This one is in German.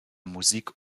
musik